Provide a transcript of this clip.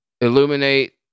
illuminate